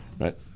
Right